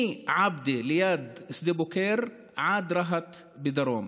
מעבדה ליד שדה בוקר עד רהט בדרום,